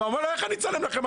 הוא אומר: איך אני אצלם לכם?